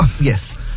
yes